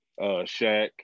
Shaq